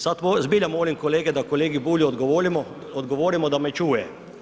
Sad zbilja molim kolege da kolegi Bulju odgovorimo da me čuje.